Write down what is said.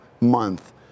month